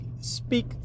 speak